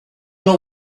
know